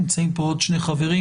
נמצאים פה עוד שני חברים,